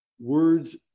words